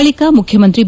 ಬಳಿಕ ಮುಖ್ಯಮಂತ್ರಿ ಬಿ